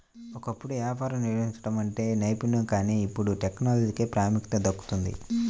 ఒకప్పుడు వ్యాపారం నిర్వహించడం అంటే నైపుణ్యం కానీ ఇప్పుడు టెక్నాలజీకే ప్రాముఖ్యత దక్కుతోంది